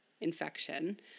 infection